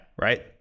Right